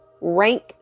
Rank